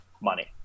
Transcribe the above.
money